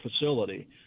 facility